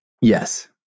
Yes